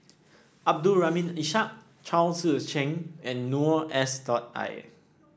Abdul Rahim Ishak Chao Tzee Cheng and Noor S dot I